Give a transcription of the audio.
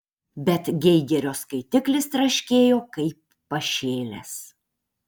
bet geigerio skaitiklis traškėjo kaip pašėlęs